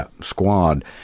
squad